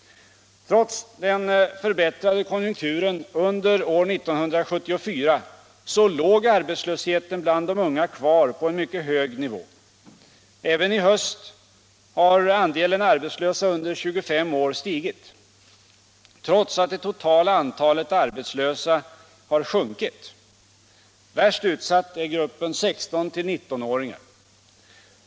Trots den förbättrade konjunkturen under år 1974 låg arbetslösheten bland de unga kvar på en mycket hög nivå. Och i höst har andelen arbetslösa under 25 år stigit, trots att det totala antalet arbetslösa sjunkit. Värst utsatta är 16—19-åringarna.